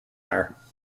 empire